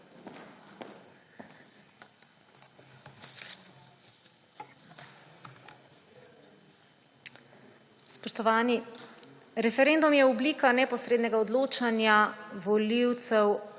Spoštovani! Referendum je oblika neposrednega odločanja volivcev